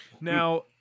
Now